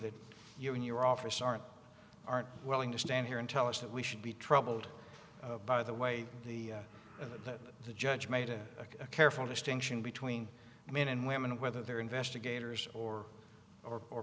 that you in your office aren't aren't willing to stand here and tell us that we should be troubled by the way the and that the judge made a careful distinction between men and women whether they're investigators or are or